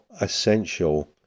essential